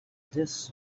this